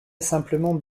simplement